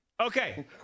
Okay